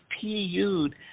PU'd